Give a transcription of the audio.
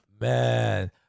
Man